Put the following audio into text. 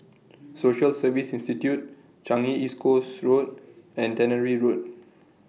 Social Service Institute Changi Coast Road and Tannery Road